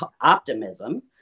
optimism